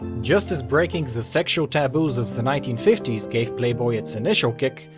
just as breaking the sexual taboos of the nineteen fifty s gave playboy its initial kick,